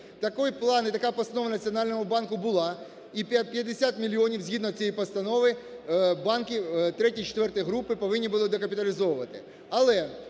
така постанова Національного банку була, і 50 мільйонів згідно цієї постанови банки ІІІ і ІV групи повинні були докапіталізовувати.